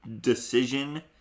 decision